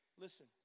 Listen